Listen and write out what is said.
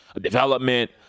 development